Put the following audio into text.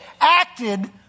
acted